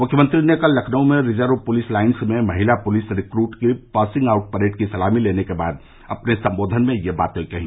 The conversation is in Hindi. मुख्यमंत्री ने कल लखनऊ में रिजर्व पुलिस लाइंस में महिला पुलिस रिक्ट की पासिंग आउट परेड की सलामी लेने के बाद अपने संबोधन में ये बातें कहीं